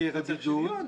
כי אתה צריך שוויון.